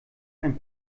ein